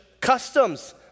customs